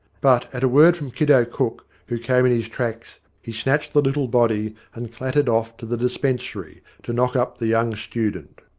but at a word from kiddo cook, who came in his tracks, he snatched the little body and clattered off to the dispen sary, to knock up the young student.